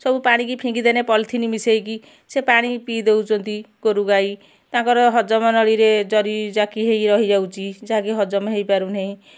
ସବୁ କାଢ଼ିକି ଫିଙ୍ଗିଦେଲେ ପଲିଥିନ୍ ମିଶେଇକି ସେ ପାଣି ପିଇ ଦଉଛନ୍ତି ଗୋରୁ ଗାଈ ତାଙ୍କର ହଜମ ନଳୀରେ ଜରି ଜାକି ହେଇକି ରହିଯାଉଛି ଜରି ହଜମ ହେଇପାରୁ ନାହିଁ